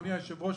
אדוני היושב-ראש,